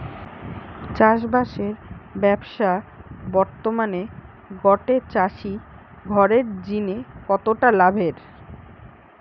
চাষবাসের ব্যাবসা বর্তমানে গটে চাষি ঘরের জিনে কতটা লাভের?